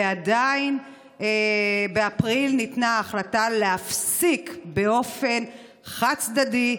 ועדיין באפריל ניתנה החלטה להפסיק באופן חד-צדדי,